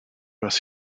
was